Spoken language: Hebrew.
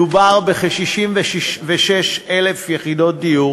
מדובר בכ-66,000 יחידות דיור.